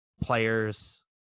players